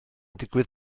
digwydd